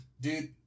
Dude